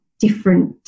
different